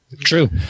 True